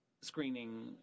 screening